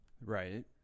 right